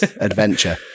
adventure